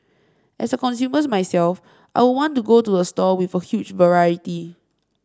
as a consumer myself I would want to go to a store with a huge variety